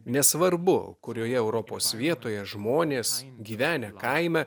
nesvarbu kurioje europos vietoje žmonės gyvenę kaime